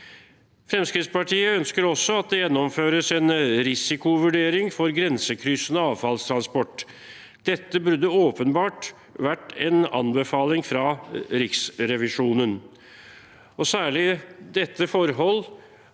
Fremskrittspartiet ønsker også at det gjennomføres en risikovurdering for grensekryssende avfallstransport. Dette burde åpenbart vært en anbefaling fra Riksrevisjonen. Særlig dette forhold